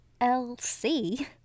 lc